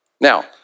Now